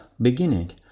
beginning